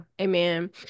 Amen